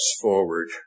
forward